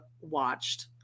watched